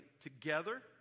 together